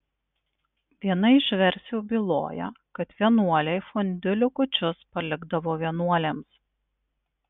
viena iš versijų byloja kad vienuoliai fondiu likučius palikdavo vienuolėms